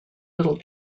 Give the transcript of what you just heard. little